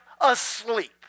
asleep